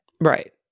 Right